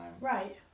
Right